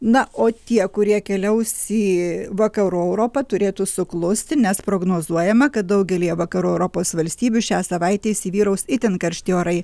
na o tie kurie keliaus į vakarų europą turėtų suklusti prognozuojama kad daugelyje vakarų europos valstybių šią savaitę įsivyraus itin karšti orai